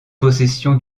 possession